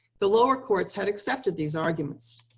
the lower courts had accepted these arguments.